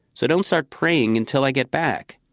so don't start praying until i get back.